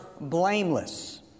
blameless